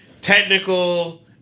technical